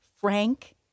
Frank